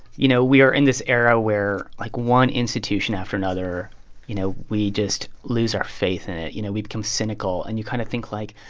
you know, we are in this era where, like, one institution after another you know, we just lose our faith in it. you know, we become cynical. and you kind of think, like,